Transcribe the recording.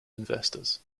investors